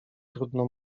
trudno